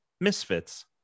misfits